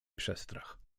przestrach